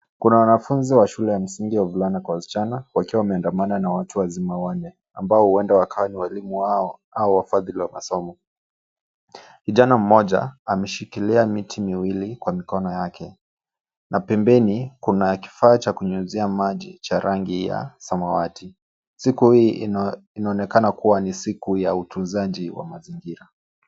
Kuna wanafunzi wa shule ya msingi ya wavulana kwa wasichana wakiwa wameandamana na watu wazima wanne ambao huenda wakawa ni walimu wao au wafadhili wa masomo. Kijana mmoja ameshikilia miti miwili kwa mikono yake na pembeni kuna kifaa cha kunyunyuzia maji cha rangi ya samawati. Siku hii inaonekana kuwa ni siku ya utunzaji wa mazingira.